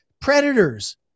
predators